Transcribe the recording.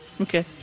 Okay